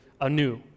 anew